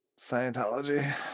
Scientology